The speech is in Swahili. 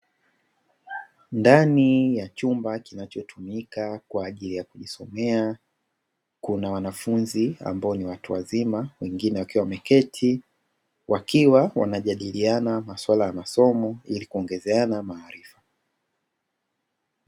Ndani ya chumba kinachotumika kwa ajili ya kujisomea kuna wanafunzi ambao ni watu wazima wengine wakiwa wameketi wakiwa wanajadiliana masuala ya masomo ili kuongezeana maarifa.